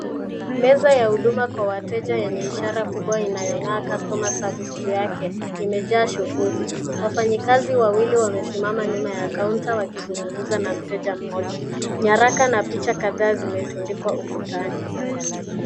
Meza ya huduma kwa wateja yenye ishara kubwa inayong'aa customer service juu yake imejaa shughuli. Wafanyakazi wawili wamesimama nyuma ya kaunta wakizungumza na mteja mmoja. Nyaraka na picha kadhaa zimetundikwa ukutani.